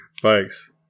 Thanks